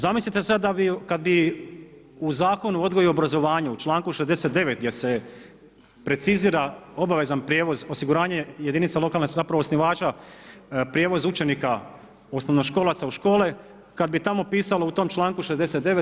Zamislite sad da bi, kad bi u Zakonu o odgoju i obrazovanju, u članku 69. gdje se precizira obavezan prijevoz, osiguranje jedinica lokalne, zapravo osnivača prijevoza učenika osnovnoškolaca u škole kada bi tamo pisalo u tom članku 69.